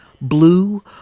blue